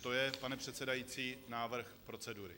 To je, pane předsedající, návrh procedury.